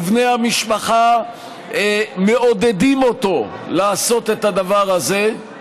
ובני המשפחה מעודדים אותו לעשות את הדבר הזה,